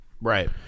Right